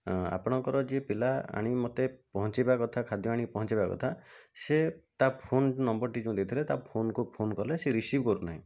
ଆପଣଙ୍କର ଯିଏ ପିଲା ଆଣିକି ମୋତେ ପହଞ୍ଚାଇବା କଥା ଖାଦ୍ୟ ଆଣିକି ପହଞ୍ଚାଇବା କଥା ସେ ତା ଫୋନ୍ ନମ୍ବର୍ଟି ଯେଉଁ ଦେଇଥିଲେ ତା ଫୋନ୍କୁ ଫୋନ୍ କଲେ ସେ ରିସିଭ୍ କରୁନାହିଁ